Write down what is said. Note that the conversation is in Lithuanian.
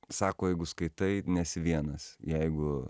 sako jeigu skaitai nesi vienas jeigu